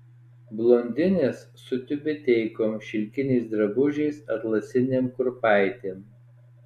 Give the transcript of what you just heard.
blondinės su tiubeteikom šilkiniais drabužiais atlasinėm kurpaitėm